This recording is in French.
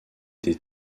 des